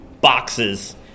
boxes